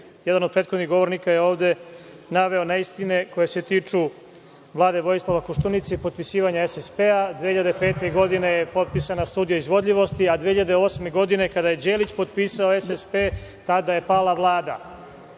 laži. Jedan od prethodnih govornika je naveo neistine koje se tiču Vlade Vojislava Koštunice i potpisivanja SSP. Godine 2005. je potpisana studija izvodljivosti, a 2008. godine, kada je Đelić potpisao SSP, tada je pala Vlada.